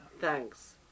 Thanks